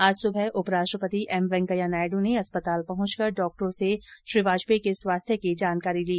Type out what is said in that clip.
आज सुबह उपराष्ट्रपति एम वेंकैया नायड् ने अस्पताल पहुंचकर डाक्टरो से श्री वाजपेयी के स्वास्थ्य की जानकारी ली